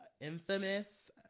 infamous